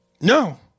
No